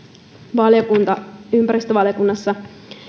ympäristövaliokunnassa